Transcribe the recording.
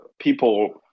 people